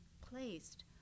placed